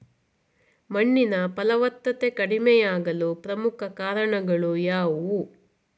ಮಣ್ಣಿನ ಫಲವತ್ತತೆ ಕಡಿಮೆಯಾಗಲು ಪ್ರಮುಖ ಕಾರಣಗಳು ಯಾವುವು?